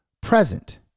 present